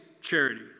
charity